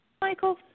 Michael